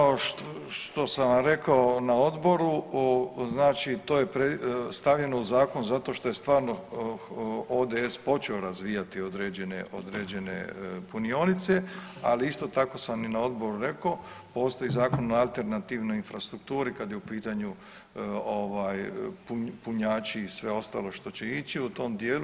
Kao što sam vam rekao na odboru, znači to je stavljeno u zakon zato što je stvarno ODS počeo razvijati određene, određene punionice, ali isto tako sam i na odboru rekao postoji Zakon o alternativnoj infrastrukturi kad je u pitanju ovaj punjači i sve ostalo što će ići u tom dijelu.